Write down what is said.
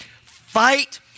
fight